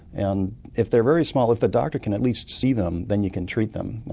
and if they're very small. if the doctor can at least see them, then you can treat them.